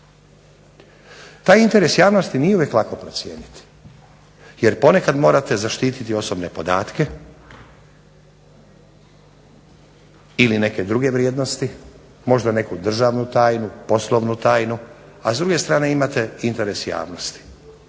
Taj interes javnosti nije uvijek lako procijeniti jer ponekad morate zaštititi osobne podatke ili neke druge vrijednosti, možda neku državnu tajnu, poslovnu tajnu a s druge strane imate interes javnosti.